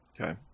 Okay